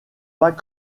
pas